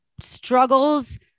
struggles